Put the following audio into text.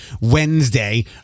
Wednesday